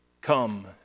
come